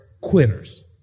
quitters